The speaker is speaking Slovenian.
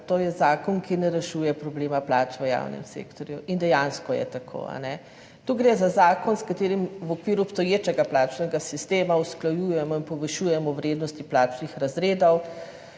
je to zakon, ki ne rešuje problema plač v javnem sektorju, in dejansko je tako. Tu gre za zakon, s katerim v okviru obstoječega plačnega sistema usklajujemo in povišujemo vrednosti plačnih razredov,